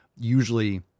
usually